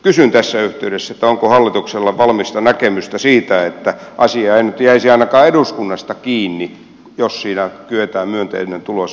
kysyn tässä yhteydessä onko hallituksella valmista näkemystä siitä että asia ei nyt jäisi ainakaan eduskunnasta kiinni jos siinä kyetään myönteinen tulos saamaan aikaiseksi